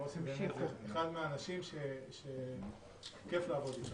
מוסי הוא אחד מהאנשים שכיף לעבוד איתם.